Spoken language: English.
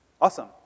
Awesome